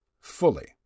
fully